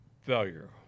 failure